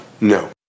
No